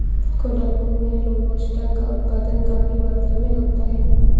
कोडागू में रोबस्टा का उत्पादन काफी मात्रा में होता है